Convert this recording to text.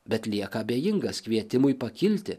bet lieka abejingas kvietimui pakilti